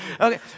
Okay